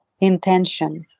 intention